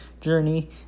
journey